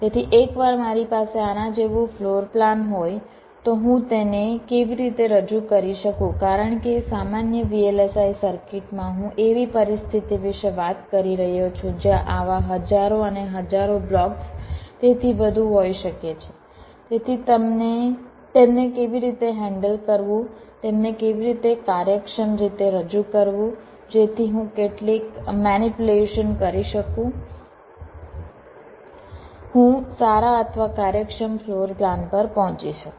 તેથી એકવાર મારી પાસે આના જેવું ફ્લોરપ્લાન હોય તો હું તેને કેવી રીતે રજૂ કરી શકું કારણ કે સામાન્ય VLSI સર્કિટમાં હું એવી પરિસ્થિતિ વિશે વાત કરી રહ્યો છું જ્યાં આવા હજારો અને હજારો બ્લોક્સ તેથી વધુ હોઈ શકે છે તેથી તેમને કેવી રીતે હેન્ડલ કરવું તેમને કેવી રીતે કાર્યક્ષમ રીતે રજૂ કરવું જેથી હું કેટલીક મેનીપ્યુલેશન કરી શકું હું સારા અથવા કાર્યક્ષમ ફ્લોરપ્લાન પર પહોંચી શકું